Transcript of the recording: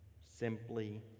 simply